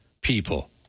people